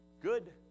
good